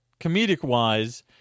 comedic-wise